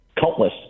countless